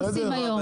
בסדר?